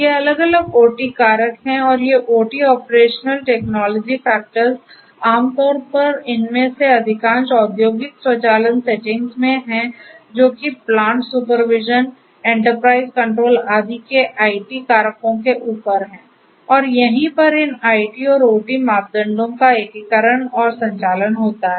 ये अलग अलग ओटी कारक हैं और ये ओटी ऑपरेशनल टेक्नोलॉजी फैक्टर्स आमतौर पर इनमें से अधिकांश औद्योगिक स्वचालन सेटिंग्स में हैं जो कि प्लांट सुपरविजन एंटरप्राइज कंट्रोल आदि के आईटी कारकों के ऊपर हैं और यहीं पर इन आईटी और ओटी मापदंडों का एकीकरण और संचालन होता है